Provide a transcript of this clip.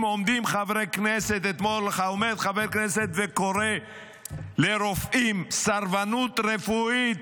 אם עומד אתמול חבר כנסת וקורא לרופאים "סרבנות רפואית",